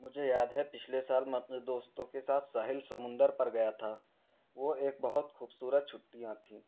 مجھے یاد ہے پچھلے سال میں اپنے دوستوں کے ساتھ ساحل سمندر پر گیا تھا وہ ایک بہت خوبصورت چھٹیاں تھیں